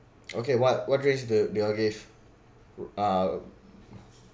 okay what what drinks do do y'all give err